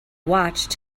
watched